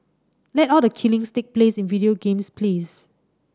let all the killings take place in video games please